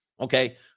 Okay